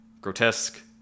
grotesque